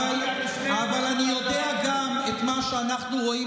אבל אני יודע גם את מה שאנחנו רואים